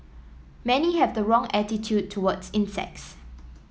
many have the wrong attitude towards insects